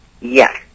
Yes